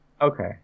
Okay